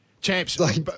Champs